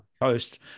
coast